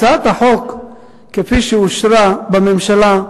הצעת החוק כפי שאושרה בממשלה,